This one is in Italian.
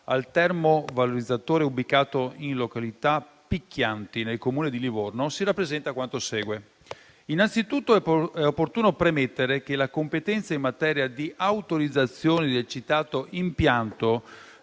al termovalorizzatore ubicato in località Picchianti nel Comune di Livorno, si rappresenta quanto segue. Innanzitutto, è opportuno premettere che la competenza in materia di autorizzazione del citato impianto